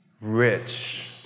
rich